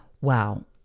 wow